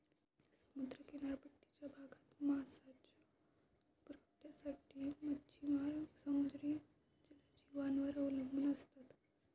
समुद्र किनारपट्टीच्या भागात मांसाच्या पुरवठ्यासाठी मच्छिमार समुद्री जलजीवांवर अवलंबून असतात